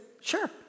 sure